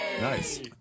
Nice